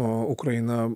o ukraina